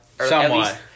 Somewhat